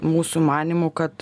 mūsų manymu kad